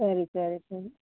ಸರಿ ಸರಿ ಸರಿ